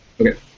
Okay